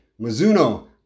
Mizuno